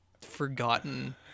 forgotten